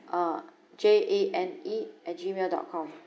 uh J A N E at gmail dot com